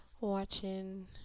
watching